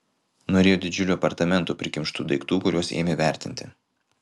norėjo didžiulių apartamentų prikimštų daiktų kuriuos ėmė vertinti